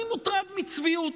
אני מוטרד מצביעות.